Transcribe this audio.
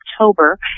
October